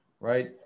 right